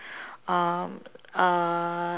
um uh